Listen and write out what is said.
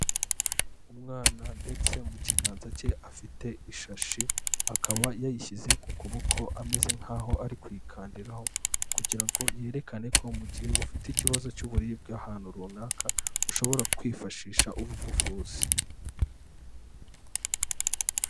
Umwana ndetse mu kiganza cye afite ishashi, akaba yayishyize ku kuboko, ameze nk'aho ari kuyikandiraho, kugira ngo yerekane ko mu gihe ufite ikibazo cy'uburibwe ahantu runaka, ushobora kwifashisha ubu buvuzi.